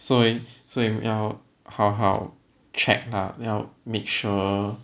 so leh so 你要好好 check lah 要 make sure